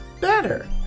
better